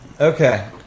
okay